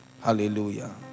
Hallelujah